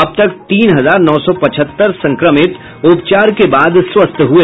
अब तक तीन हजार नौ सौ पचहत्तर संक्रमित उपचार के बाद स्वस्थ हुए